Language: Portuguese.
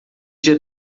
dia